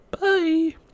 Bye